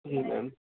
जी ma'am